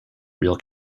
real